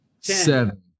seven